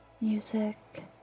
music